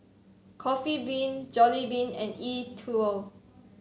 Coffee Bean Jollibean and E TWOW